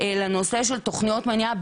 לנושא של תוכניות מניעה,